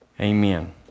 Amen